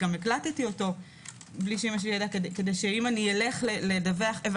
גם הקלטתי אותו כדי שאם אלך לדווח גם